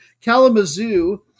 Kalamazoo